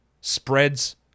Spreads